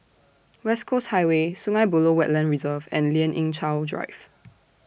West Coast Highway Sungei Buloh Wetland Reserve and Lien Ying Chow Drive